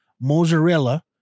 mozzarella